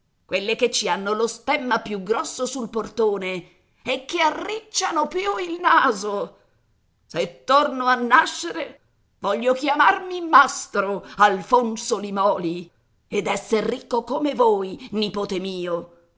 quelle che ci hanno lo stemma più grosso sul portone e che arricciano più il naso se torno a nascere voglio chiamarmi mastro alfonso limòli ed esser ricco come voi nipote mio